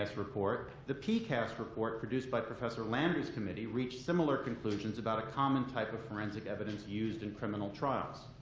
report, the pcast report, produced by professor lander's committee, reached similar conclusions about a common type of forensic evidence used in criminal trials.